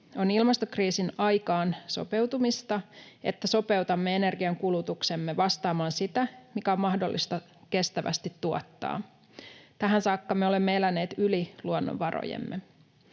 ilmastokriisin aikaan, että sopeutamme energiankulutuksemme vastaamaan sitä, mikä on mahdollista tuottaa kestävästi. Tähän saakka me olemme eläneet yli luonnonvarojemme.